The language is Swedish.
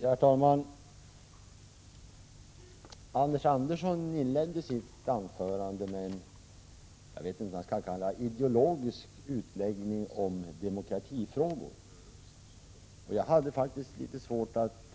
Herr talman! Anders Andersson inledde sitt anförande med vad som kanske kan kallas en ideologisk utläggning om demokratiska frågor. Jag hade faktiskt litet svårt att